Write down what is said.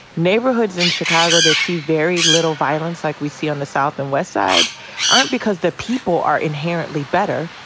neighborhoods in chicago that see very little violence like we see on the south and west sides aren't because the people are inherently better.